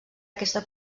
aquesta